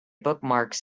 bookmarks